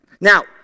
now